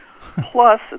plus